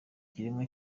kiremwa